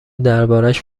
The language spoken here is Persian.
دربارش